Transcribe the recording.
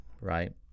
Right